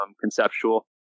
conceptual